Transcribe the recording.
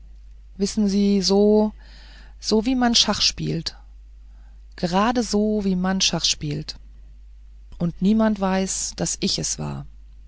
wissen sie so so wie man schach spielt gerade so wie man schach spielt und niemand weiß daß ich es war